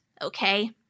okay